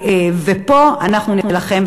ופה אנחנו נילחם.